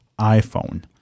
iPhone